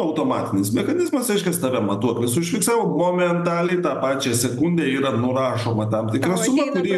automatinis mechanizmas reiškias tave matuoklis užfiksavo momentaliai tą pačią sekunde yra nurašoma tam tikra suma kuri